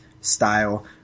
style